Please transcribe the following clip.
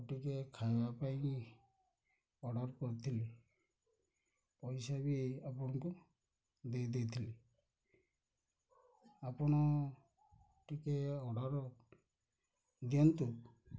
ଟିକେ ଖାଇବା ପାଇଁ ଅର୍ଡ଼ର କରିଥିଲି ପଇସା ବି ଆପଣଙ୍କୁ ଦେଇଦେଇଥିଲି ଆପଣ ଟିକେ ଅର୍ଡ଼ର ଦିଅନ୍ତୁ